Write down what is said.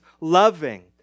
loving